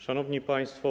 Szanowni Państwo!